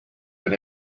but